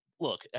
look